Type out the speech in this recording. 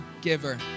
giver